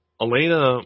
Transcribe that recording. Elena